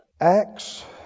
Acts